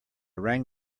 rang